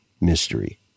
mystery